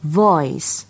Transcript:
voice